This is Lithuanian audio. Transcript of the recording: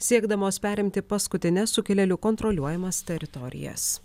siekdamos perimti paskutines sukilėlių kontroliuojamas teritorijas